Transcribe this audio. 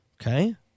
Okay